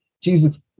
Jesus